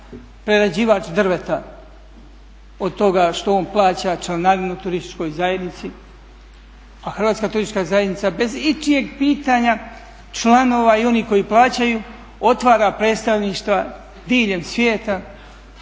prerađivač drveta od toga što on plaća članarinu turističkoj zajednici, a Hrvatska turistička zajednica bez ičijeg pitanja članova i oni koji plaćaju otvara predstavništva diljem svijeta